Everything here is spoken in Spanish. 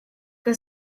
que